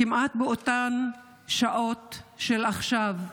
כמעט באותן שעות כמו עכשיו,